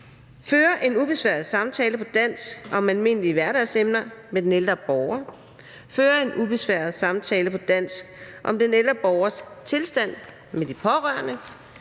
føre en ubesværet samtale på dansk om almindelige hverdagsemner med den ældre borger, føre en ubesværet samtale på dansk om den ældre borgers tilstand med de pårørende,